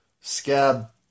scab